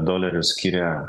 dolerių skiria